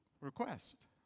request